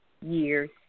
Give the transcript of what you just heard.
years